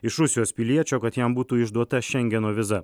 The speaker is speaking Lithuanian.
iš rusijos piliečio kad jam būtų išduota šengeno viza